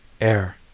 air